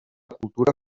cultura